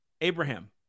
abraham